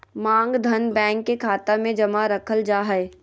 मांग धन, बैंक के खाता मे जमा रखल जा हय